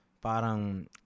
Parang